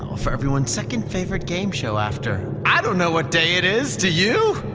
for everyone's second-favorite game show after i don't know what day it is, do you?